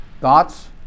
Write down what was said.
Thoughts